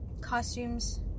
costumes